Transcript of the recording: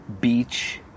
beach